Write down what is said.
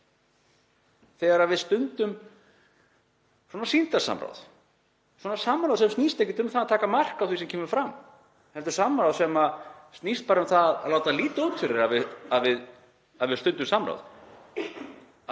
þegar við stundum svona sýndarsamráð, svona samráð sem snýst ekkert um það að taka mark á því sem kemur fram, heldur samráð sem snýst bara um að láta líta út fyrir að við stundum samráð,